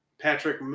Patrick